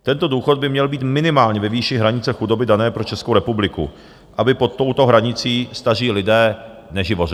Tento důchod by měl být minimálně ve výši hranice chudoby dané pro Českou republiku, aby pod touto hranicí staří lidé neživořili.